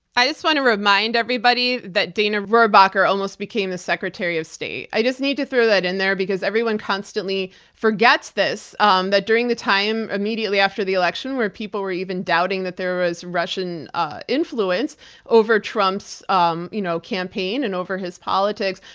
i just want to remind everybody that dana rohrabacher almost became the secretary of state. i just need to throw that in there, cause everyone constantly forgets this, um that during the time immediately after the election when people were even doubting that there was russian ah influence over trump's um you know campaign and over his politics,